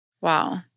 Wow